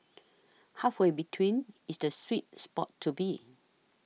halfway between is the sweet spot to be